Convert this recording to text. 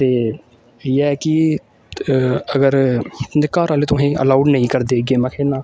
ते इयै कि अगर तुंदे घर आह्ले तुसेंगी अलाउड नेईं करदे गेमां खेढना